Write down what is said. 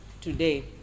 today